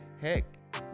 heck